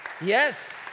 Yes